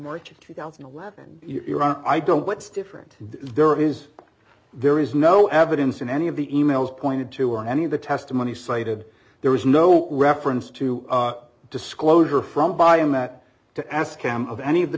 march of two thousand and eleven iraq i don't what's different there is there is no evidence in any of the e mails pointed to or any of the testimony cited there was no reference to disclosure from by him that to ask him about any of the